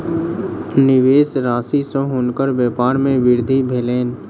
निवेश राशि सॅ हुनकर व्यपार मे वृद्धि भेलैन